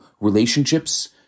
relationships